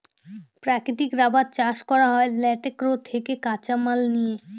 প্রাকৃতিক রাবার চাষ করা হয় ল্যাটেক্স থেকে কাঁচামাল নিয়ে